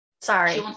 Sorry